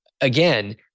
Again